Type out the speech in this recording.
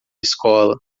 escola